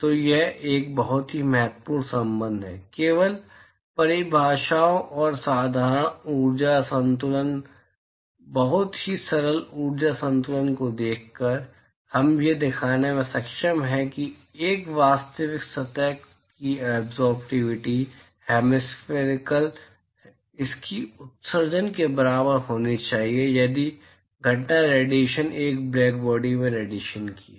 तो यह एक बहुत ही महत्वपूर्ण संबंध है केवल परिभाषाओं और एक साधारण ऊर्जा संतुलन बहुत ही सरल ऊर्जा संतुलन को देखकर हम यह दिखाने में सक्षम हैं कि एक वास्तविक सतह की एब्ज़ोर्बटिव हेमिस्फेरिकल इसकी उत्सर्जन के बराबर होनी चाहिए यदि घटना रेडिएशन एक ब्लैक बॉडी के रेडिएशन की है